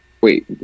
Wait